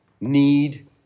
need